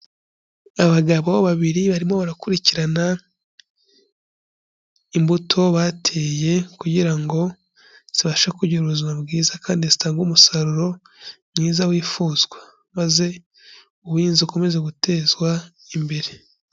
Abagabo babiri barimo barakurikirana imbuto bateye, kugira ngo zibashe kugira ubuzima bwiza, kandi zitange umusaruro mwiza wifuzwa, maze ubuhinzi bukomeze gutezwa imbere.